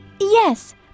Yes